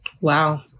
Wow